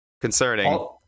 concerning